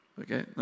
okay